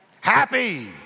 Happy